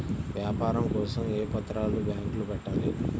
వ్యాపారం కోసం ఏ పత్రాలు బ్యాంక్లో పెట్టాలి?